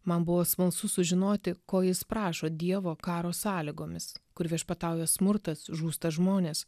man buvo smalsu sužinoti ko jis prašo dievo karo sąlygomis kur viešpatauja smurtas žūsta žmonės